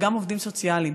וגם עובדים סוציאליים,